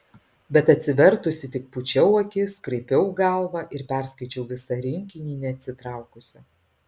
bet atsivertusi tik pūčiau akis kraipiau galvą ir perskaičiau visą rinkinį neatsitraukusi